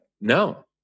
No